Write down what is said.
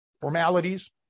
formalities